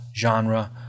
genre